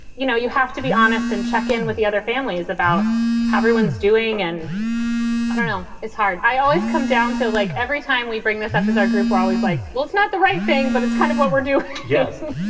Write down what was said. you know, you have to be honest and check in with the other families about how everyone's doing. and i don't know, it's hard. i always come down to like every time we bring this up as our group, we're always like, well, it's not the right thing, but it's kind of what we're do yes.